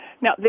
Now